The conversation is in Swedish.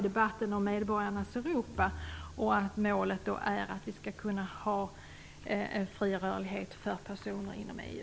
Debatten om medborgarnas Europa är ju livlig just nu, och målet är att vi skall kunna ha en fri rörlighet för personer inom EU.